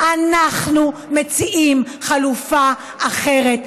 אנחנו מציעים חלופה אחרת.